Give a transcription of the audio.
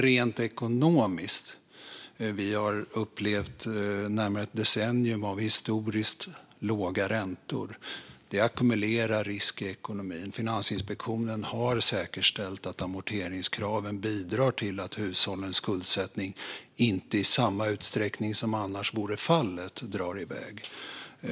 Rent ekonomiskt har vi upplevt närmare ett decennium av historiskt låga räntor. Detta ackumulerar risk i ekonomin. Finansinspektionen har säkerställt att amorteringskraven bidrar till att hushållens skuldsättning inte drar iväg i samma utsträckning som annars vore fallet.